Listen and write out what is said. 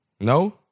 No